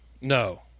No